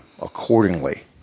accordingly